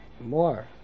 More